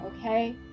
okay